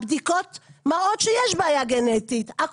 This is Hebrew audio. הבדיקות מראות שיש בעיה גנטית,